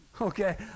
Okay